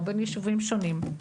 או בין יישובים שונים.